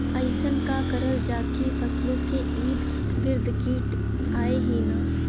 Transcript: अइसन का करल जाकि फसलों के ईद गिर्द कीट आएं ही न?